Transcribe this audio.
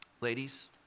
Ladies